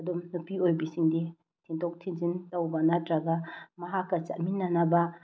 ꯑꯗꯨꯝ ꯅꯨꯄꯤ ꯑꯣꯏꯕꯤꯁꯤꯡꯗꯤ ꯊꯤꯟꯗꯣꯛ ꯊꯤꯟꯖꯤꯟ ꯇꯧꯕ ꯅꯠꯇ꯭ꯔꯒ ꯃꯍꯥꯛꯀ ꯆꯠꯃꯤꯟꯅꯅꯕ